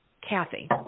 Kathy